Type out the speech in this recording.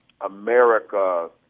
America